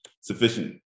sufficient